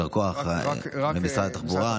ישר כוח למשרד התחבורה.